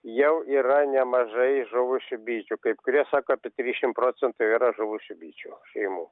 jau yra nemažai žuvusių bičių kaip kurie sako apie trisdešim procentų yra žuvusių bičių šeimų